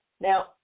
Now